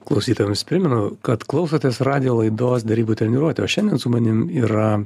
klausytojams primenu kad klausotės radijo laidos derybų treniruotė o šiandien su manim yra